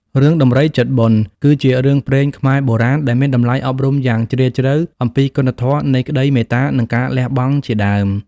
រឿងដំរីចិត្តបុណ្យ គឺជារឿងព្រេងខ្មែរបុរាណ ដែលមានតម្លៃអប់រំយ៉ាងជ្រាលជ្រៅ អំពីគុណធម៌នៃក្ដីមេត្តា និងការលះបង់ជាដើម។